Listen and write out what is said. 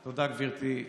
תודה, גברתי.